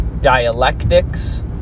dialectics